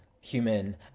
human